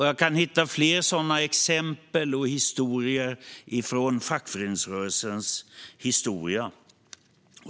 Jag kan hitta fler sådana exempel och historier i fackföreningsrörelsens historia.